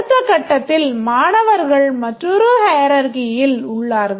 அடுத்த கட்டத்தில் மாணவர்கள் மற்றொரு hierarchyயில் உள்ளார்கள்